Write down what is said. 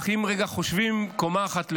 אך אם רגע חושבים קומה אחת מלמעלה,